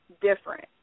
different